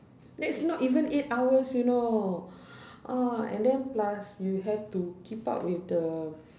that's not even eight hours you know ah and then plus you have to keep up with the